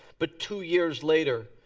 but two years later,